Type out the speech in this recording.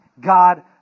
God